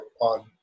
on